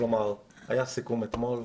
היה סיכום אתמול,